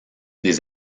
des